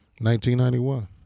1991